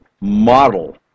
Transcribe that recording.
model